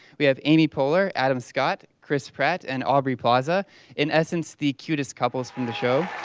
we have amy poehler, adam scott, chris pratt and aubrey plaza in essence the cutest couples from the show.